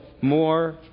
more